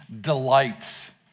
delights